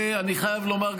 ואני חייב לומר,